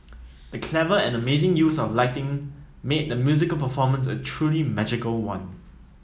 the clever and amazing use of lighting made the musical performance a truly magical one